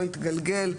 לא יתגלגל,